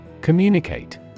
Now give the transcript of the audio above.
Communicate